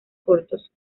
cortos